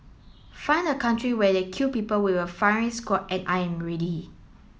find a country where they kill people with a firing squad and I'm ready